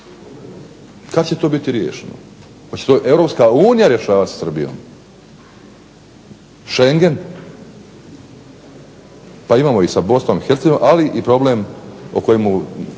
Kad će to biti riješeno, hoće to Europska unija rješavati sa Srbijom? Schengen, pa imamo i sa Bosnom i Hercegovinom ali i problem o kojemu